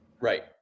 Right